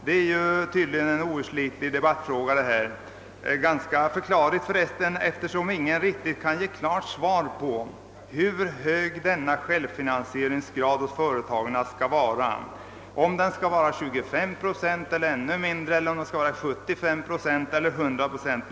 Detta är tvdligen en outslitlig debattfråga, och det är för resten ganska förklarligt eftersom ingen kan ge riktigt klart besked om hur hög företagens självfinansieringsgrad skall vara: 25 procent eller kanske ännu lägre, 75 procent eller 100 procent.